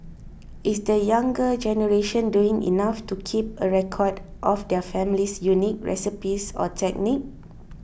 is the younger generation doing enough to keep a record of their family's unique recipes or techniques